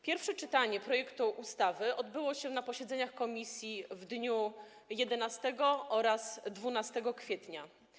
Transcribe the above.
Pierwsze czytanie projektu ustawy odbyło się na posiedzeniach komisji w dniach 11 oraz 12 kwietnia.